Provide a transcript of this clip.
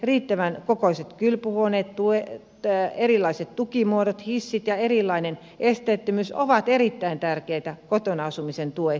riittävän kokoiset kylpyhuoneet erilaiset tukimuodot hissit ja esteettömyys ovat erittäin tärkeitä kotona asumisen tueksi